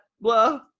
Blah